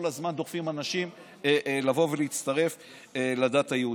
הזמן דוחפים אנשים לבוא ולהצטרף לדת היהודית.